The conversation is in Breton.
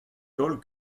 taol